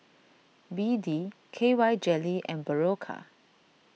B D K Y Jelly and Berocca